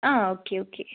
uh okay okay